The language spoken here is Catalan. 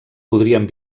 podrien